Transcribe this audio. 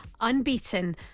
unbeaten